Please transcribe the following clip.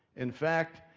in fact,